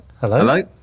hello